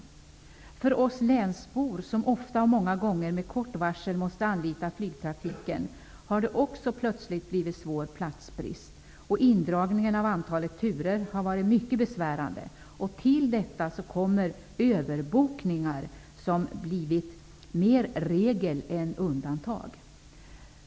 Också för oss länsbor, som ofta många gånger med kort varsel måste anlita flygtrafiken, har det plötsligt blivit svår platsbrist. Nerdragningen av antalet turer har varit mycket besvärande. Till detta kommer överbokningar, som blivit mer regel än undantag.